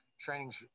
trainings